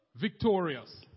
victorious